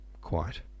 Quite